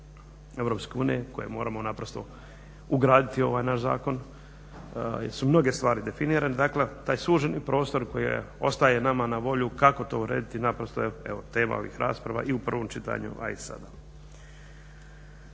Europske unije koje moramo naprosto ugraditi u ovaj naš zakon su mnoge stvari definirane. Dakle taj suženi prostor koji ostaje nama na volju kako to urediti naprosto je tema ovih rasprava i u prvom čitanju, a i sada.